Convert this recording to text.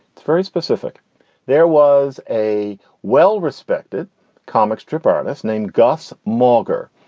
it's very specific there was a well-respected comic strip artist named gus mauger.